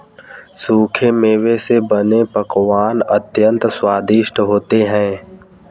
सूखे मेवे से बने पकवान अत्यंत स्वादिष्ट होते हैं